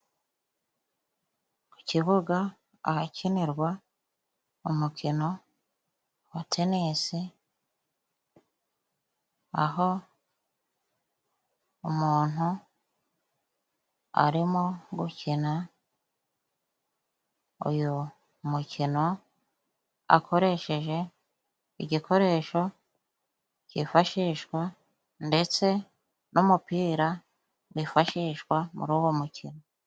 Ku kibuga ahakinirwa umukino wa tenisi, aho umuntu arimo gukina uyu mukino, akoresheje igikoresho cyifashishwa ndetse n'umupira wifashishwa muri uwo mukino.